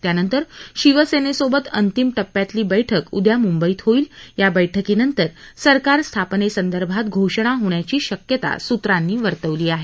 त्यानंतर शिवसेनेसोबत अंतिम शिय्यातली बैठक उद्या मुंबईत होईल या बैठकीनंतर सरकार स्थापनेसंदर्भात घोषणा होण्याची शक्यता सूत्रांनी वर्तवली आहे